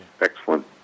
Excellent